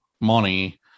money